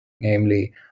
namely